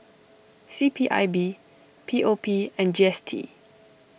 C P I B P O P and G S T